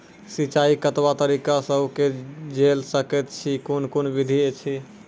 सिंचाई कतवा तरीका सअ के जेल सकैत छी, कून कून विधि ऐछि?